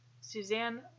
Suzanne